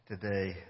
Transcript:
today